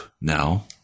now